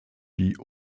die